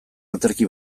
aterki